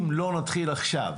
אם לא נתחיל עכשיו